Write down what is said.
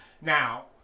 now